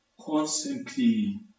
constantly